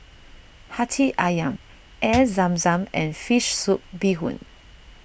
Hati Ayam Air Zam Zam and Fish Soup Bee Hoon